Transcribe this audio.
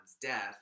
death